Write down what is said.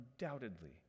undoubtedly